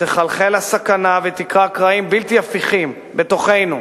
תחלחל הסכנה ותקרע קרעים בלתי הפיכים בתוכנו,